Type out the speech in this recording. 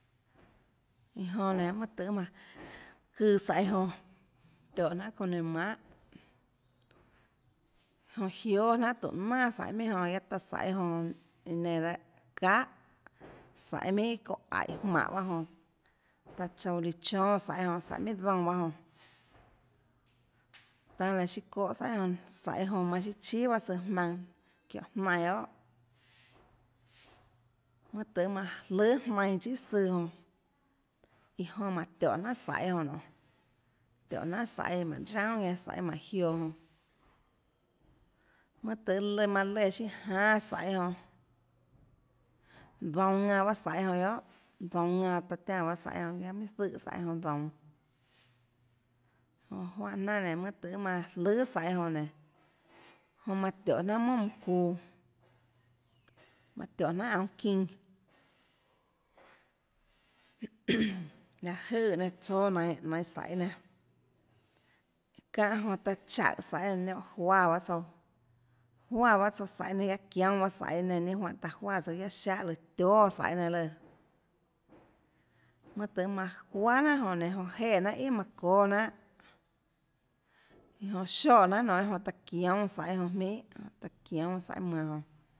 Iã jonã nénå mønâ tøhê mánå çøã saiê jonãtiñhå jnanhà çounã nainhå manhàjonã jióâ jnanà tùhå nanà saiê minhà jonãguiaâ taã saiê jonãiã nenã dehâ çahàsaiê minhà çounã aíhå jmáhå baâ jonã aã tsouã líã chínâ saiê jonã saiê minhà dounã pahâ jonã tanâ laã siâ çóhå saiê jonå manã chiâ chíà bahâ søã jmaønãçiónhå jnainã guiohàmønâ tøhê manã jløhà jnainã chíà søã jonã iã jonã manã tiónhå jnanhà saiê jonã nionê tiónhå jnanhà saiê mánhå raúnà ñanã saiê mánhå jioã jonãmønâ tøhê manã léã manã léã siâ jánâ saiê jonãdounå ðanã pahâ saiê jonã guiohàdounå ðanãtaã tiánãbaâ saiê jonã guiaâ minhà zùhã saiê jonãdounå jonã juánhã jnanà nénå mønâ tøhê manã jløhà saiê jonã nénå jonã manã tióhå jnanhà monà manã çuuåmanã tióhå jnanhàaunå çinã láhå jøè nenã tsóâ nainhå nainhå saiê nenã çánhã jonã taã tsaùhå saiê nenã jonã juáã bahâ tsouã juáã bahâ tsouã saiê nenã guiaâ çiónâ baâ saiê nenã ninâ juáhãtaã juáã tsouã guiaâ siáhã lùã tióâ saiê nenã lùãmønã tøhê manã juaà jnanhà jonã nénå jonã jeè jnanhà íà manã çóâ jnanhàiã jonã sioèjnanhà nionê jonã taã çioúnâ saiê jonã jminhàtaã çioúnâ saiê manã jonã